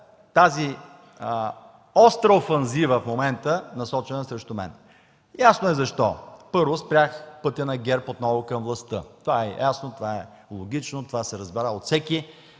тази остра офанзива в момента, насочена срещу мен. Ясно е защо. Първо, спрях пътя на ГЕРБ отново към властта – това е ясно, логично, разбра се от всеки.